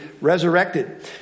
resurrected